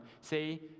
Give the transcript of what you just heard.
say